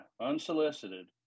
unsolicited